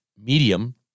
medium